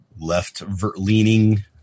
left-leaning